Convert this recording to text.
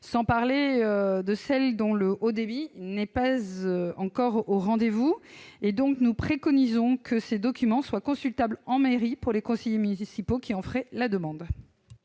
sans parler de celles où le haut débit n'est pas encore au rendez-vous. C'est pourquoi nous préconisons que ces documents soient consultables en mairie pour les conseillers municipaux qui en feraient la demande.